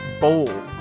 bold